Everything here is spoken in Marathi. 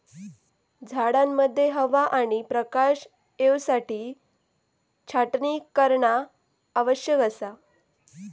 झाडांमध्ये हवा आणि प्रकाश येवसाठी छाटणी करणा आवश्यक असा